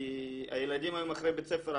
כי הילדים היום אחרי בית ספר,